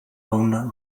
own